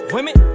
Women